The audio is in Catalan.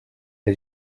que